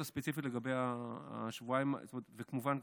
וכמובן,